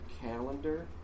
calendar